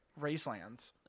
Racelands